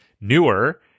newer